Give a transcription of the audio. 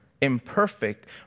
imperfect